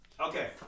Okay